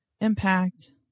impact